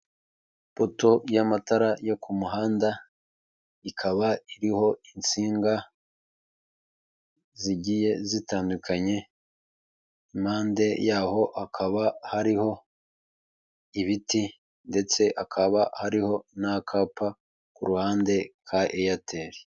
Poto y'amatara yo ku muhanda ikaba iriho insinga zigiye zitandukanye impande yaho hakaba hariho ibiti ndetse akaba hariho n'akapa ku ruhande ka eyateri.